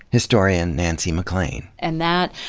historian nancy maclean. and that,